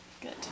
Good